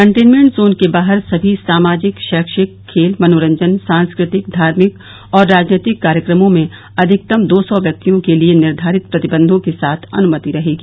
containment zone के बाहर सभी सामाजिक शैक्षिक खेल मनोरंजन सांस्कृतिक धार्मिक और राजनैतिक कार्यक्रमों में अधिकतम दो सौ व्यक्तियों के लिये निर्धारित प्रतिबंधों के साथ अनुमति रहेगी